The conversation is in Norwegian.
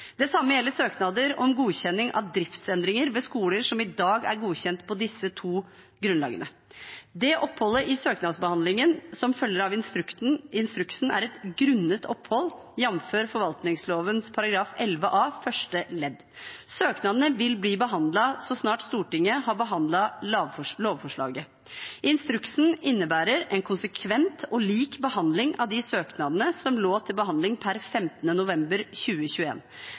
Det samme gjelder søknader om godkjenning av driftsendringer ved skoler som i dag er godkjent på disse to grunnlagene. Det oppholdet i søknadsbehandlingen som følger av instruksen, er et grunnet opphold, jf. forvaltningsloven § 11 a første ledd. Søknadene vil bli behandlet så snart Stortinget har behandlet lovforslaget. Instruksen innebærer en konsekvent og lik behandling av de søknadene som lå til behandling per 15. november